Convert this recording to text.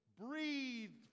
breathed